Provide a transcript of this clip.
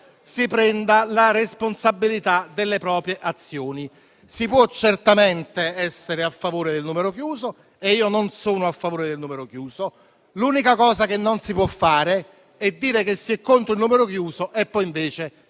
si prenda la responsabilità delle proprie azioni. Si può certamente essere a favore del numero chiuso - ed io non sono a favore del numero chiuso - ma l'unica cosa che non si può fare è dire che si è contro il numero chiuso e poi invece